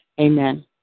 Amen